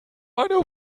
eine